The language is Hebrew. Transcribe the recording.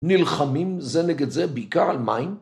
נלחמים זה נגד זה בעיקר על מים?